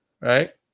right